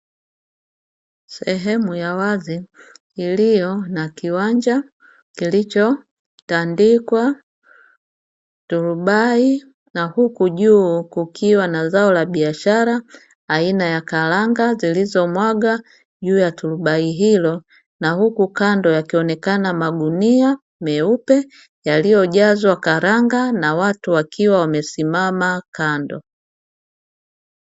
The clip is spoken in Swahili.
Sehemu ya wazi iliyo na kiwanja kilichotandikwa turubai, na huku juu kukiwa na zao la biashara aina ya karanga zilizomwagwa juu ya turubai hilo, na huku kando kukionekana magunia meupe yaliyojazwa karanga na huku watu wakiwa wamesimama kando.